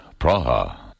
Praha